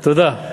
תודה.